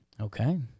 Okay